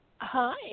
hi